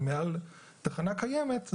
אנחנו קודם כל נתחיל את הדיון בסעיף 90 להצעת החוק.